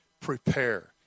Prepare